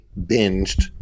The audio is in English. binged